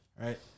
right